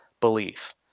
belief